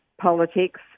politics